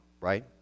right